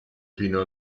fino